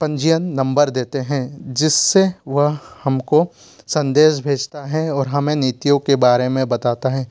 पंजीयन नंबर देते हैं जिससे वह हम को संदेश भेजता है और हमें नीतियों के बारे में बताता है